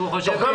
כולם